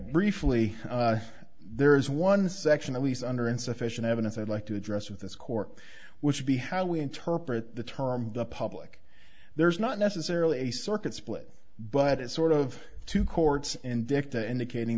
briefly there is one section that he's under insufficient evidence i'd like to address with this court which would be how we interpret the term the public there's not necessarily a circuit split but it's sort of two courts in dicta indicating